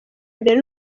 mbere